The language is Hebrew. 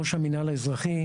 ראש המינהל האזרחי,